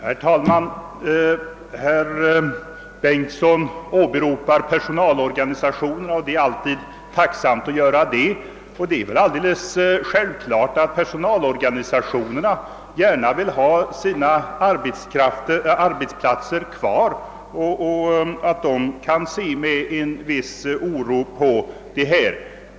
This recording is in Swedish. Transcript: Herr talman! Herr Bengtson i Solna åberopade personalorganisationerna och det är alltid tacksamt. Det är alldeles självklart att personalorganisationerna gärna vill ha kvar sina arbetsplatser och att de med en viss oro kan se på den här frågan.